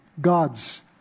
God's